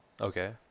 Okay